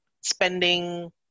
spending